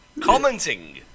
commenting